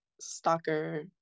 stalker